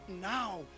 now